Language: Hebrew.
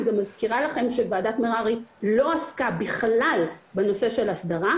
גם ועדת מררי דיברה על זה,